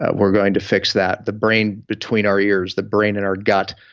ah we're going to fix that. the brain between our ears, the brain in our gut,